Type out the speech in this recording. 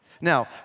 Now